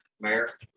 Mayor